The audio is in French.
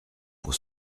pour